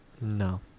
No